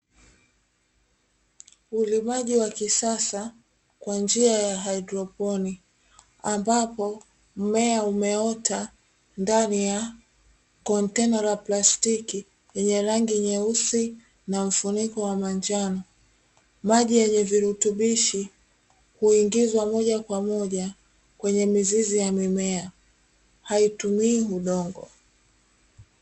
Ulimaji wa kisasa kwa njia ya haidroponi, ambapo mmea umeota ndani ya kontena la plastiki lenye rangi nyeusi na mfuniko wa manjano. Maji yenye virutubishi huingizwa moja kwa moja kwenye mizizi ya mimea, haitumii udongo.